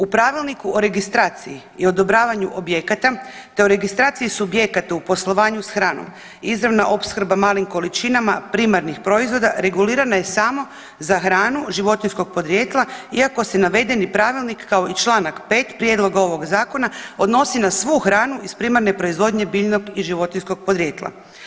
U Pravilniku o registraciji i odobravanju objekata te o registraciji subjekata u poslovanju s hranom, izravna opskrba malim količinama primarnih proizvoda regulirana je samo za hranu životinjskom podrijetla iako se navedeni pravilnik kao i Članak 5. prijedloga ovog zakona odnosi na svu hranu iz primarne proizvodnje biljnog i životinjskog podrijetla.